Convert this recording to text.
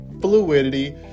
fluidity